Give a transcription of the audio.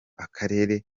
akarere